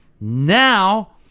now